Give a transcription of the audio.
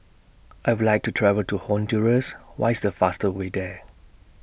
I Would like to travel to Honduras What IS The faster Way There